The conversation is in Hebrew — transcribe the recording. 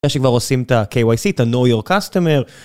יש שכבר עושים את ה-KYC, את ה-Know Your Customer